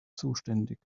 zuständig